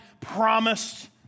promised